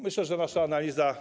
Myślę, że nasza analiza.